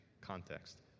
context